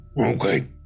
Okay